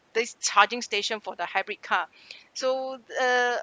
there' charging station for the hybrid car so uh